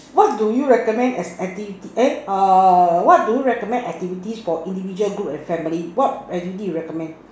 what do you recommend as activity eh err what do you recommend activities for individual group and family what activities you recommend